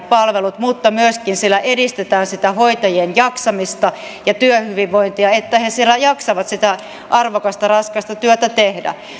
palvelut mutta sillä myöskin edistetään sitä hoitajien jaksamista ja työhyvinvointia että he siellä jaksavat sitä arvokasta raskasta työtä tehdä